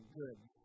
goods